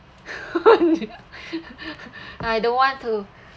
I don't want to